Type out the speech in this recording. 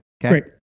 Great